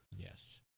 Yes